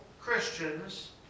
Christians